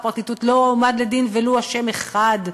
לא הועמד לדין ולו אשם אחד,